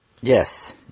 Yes